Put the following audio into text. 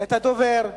את הדובר.